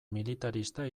militarista